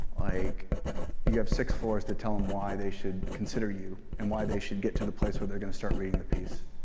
like you have six floors to tell them why they should consider you and why they should get to the place where they're going to start reading the piece.